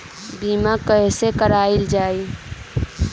बीमा कैसे कराएल जाइ?